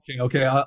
okay